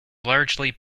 largely